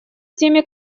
теме